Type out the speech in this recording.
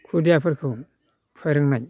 खुदियाफोरखौ फोरोंनाय